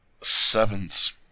Sevens